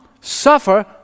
suffer